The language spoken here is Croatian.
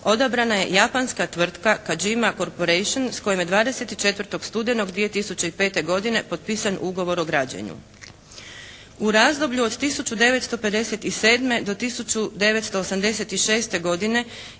odabrana je japanska tvrtka Kajima Corporation s kojim je 24. studenog 2005. godine potpisan ugovor o građenju. U razdoblju od 1957. do 1986. godine